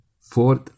fourth